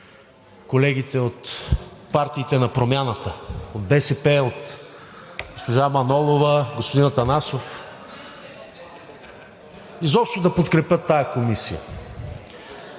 колегите от партиите на промяната – от БСП, госпожа Манолова, господин Атанасов, изобщо да подкрепят тази комисия.